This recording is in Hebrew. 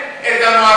לוקח,